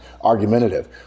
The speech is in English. argumentative